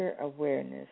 Awareness